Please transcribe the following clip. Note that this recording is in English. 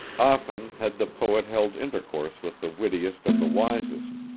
often had the poet held intercourse with the wittiest and the wisest,